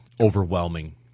overwhelming